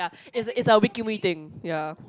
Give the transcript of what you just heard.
is a is a Wee-Kim-Wee thing ya